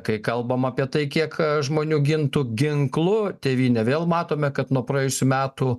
kai kalbam apie tai kiek žmonių gintų ginklu tėvynę vėl matome kad nuo praėjusių metų